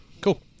Cool